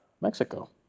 Mexico